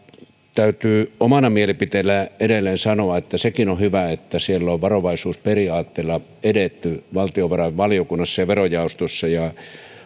täytyy omana mielipiteenä edelleen sanoa että sekin on hyvä että siellä on varovaisuusperiaatteella edetty valtiovarainvaliokunnassa ja verojaostossa ja